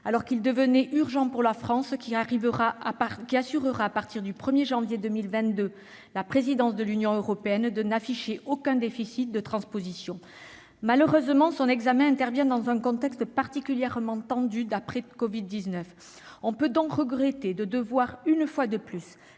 alors qu'il devenait urgent pour la France, qui assurera à partir du 1 janvier 2022 la présidence de l'Union européenne, de n'afficher aucun déficit de transposition. Malheureusement, son examen intervient dans un contexte particulièrement tendu d'après covid-19. On peut donc regretter de devoir une fois de plus